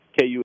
KU